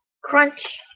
crunch